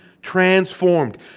transformed